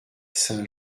saint